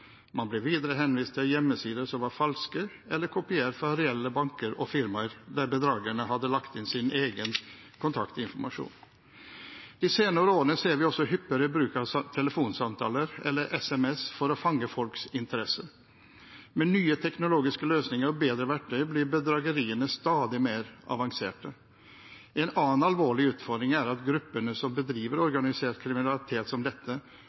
som var falske eller kopiert fra reelle banker og firmaer, der bedragerne hadde lagt inn sin egen kontaktinformasjon. De senere årene ser vi også hyppigere bruk av telefonsamtaler eller SMS for å fange folks interesse. Med nye teknologiske løsninger og bedre verktøy blir bedrageriene stadig mer avanserte. En annen alvorlig utfordring er at gruppene som bedriver organisert kriminalitet som dette,